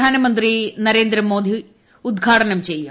പ്രധാനമന്ത്രി നരേന്ദ്രമോദി ഉദ്ഘാടനം ചെയ്യും